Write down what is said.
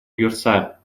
ойярсе